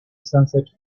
sunset